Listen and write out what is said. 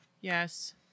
Yes